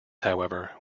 however